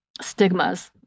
stigmas